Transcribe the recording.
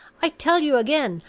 i tell you again,